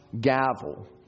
gavel